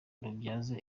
rubyaza